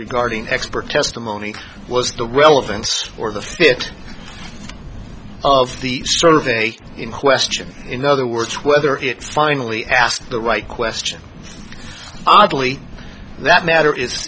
regarding expert testimony was the relevance or the fit of the sort of a question in other words whether it's finally asked the right question oddly that matter i